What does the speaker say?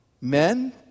Men